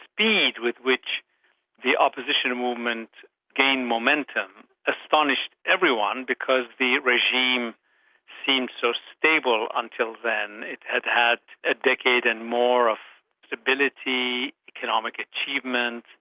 speed with which the opposition movement gained momentum astonished everyone, because the regime seemed so stable until then it had had a decade and more of stability, economic achievement,